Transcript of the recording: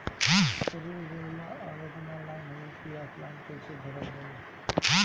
ऋण लेवेला आवेदन ऑनलाइन होई की ऑफलाइन कइसे भरल जाई?